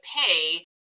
pay